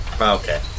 Okay